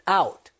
out